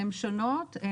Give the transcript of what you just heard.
הן שונות.